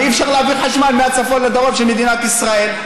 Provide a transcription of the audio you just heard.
ואי-אפשר להעביר חשמל מהצפון לדרום של מדינת ישראל.